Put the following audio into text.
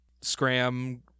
Scram